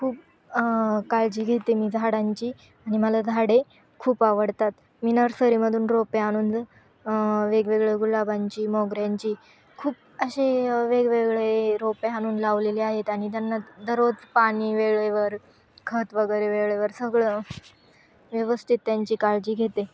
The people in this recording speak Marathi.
खूप काळजी घेते मी झाडांची आणि मला झाडे खूप आवडतात मी नर्सरीमधून रोपे आणून वेगवेगळ्या गुलाबांची मोगऱ्यांची खूप असे वेगवेगळे रोपे आणून लावलेले आहेत आणि त्यांना दररोज पाणी वेळेवर खत वगैरे वेळेवर सगळं व्यवस्थित त्यांची काळजी घेते